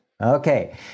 Okay